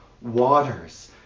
waters